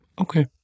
Okay